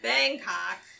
Bangkok